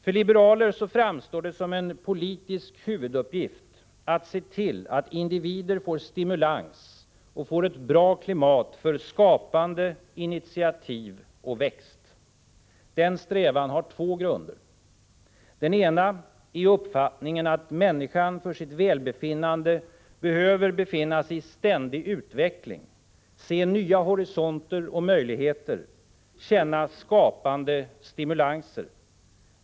För liberaler framstår det som en politisk huvuduppgift att se till att individer får stimulans och ett bra klimat för skapande, initiativ och växt. Den strävan har två grunder. Den ena är uppfattningen att människan för sitt välbefinnande behöver befinna sig i ständig utveckling, se nya horisonter och möjligheter, känna skapande stimulanser.